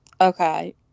Okay